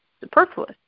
superfluous